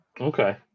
Okay